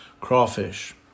crawfish